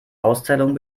auszählung